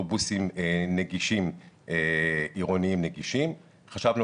אוטובוסים עירוניים נגישים חשבנו